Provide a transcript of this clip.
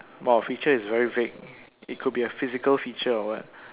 wow feature is very vague it could be a physical feature or what